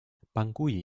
bangui